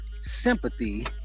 sympathy